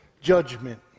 Judgment